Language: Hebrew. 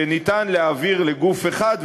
שאפשר להעביר לגוף אחד,